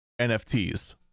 NFTs